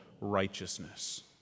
righteousness